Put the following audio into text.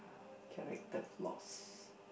character flaws